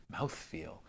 mouthfeel